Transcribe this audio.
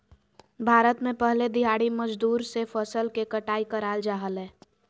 भारत में पहले दिहाड़ी मजदूर से फसल के कटाई कराल जा हलय